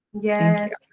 Yes